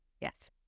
Yes